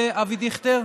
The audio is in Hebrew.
אבי דיכטר?